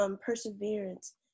perseverance